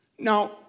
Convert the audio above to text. Now